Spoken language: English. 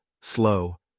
slow